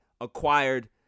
acquired